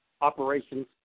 operations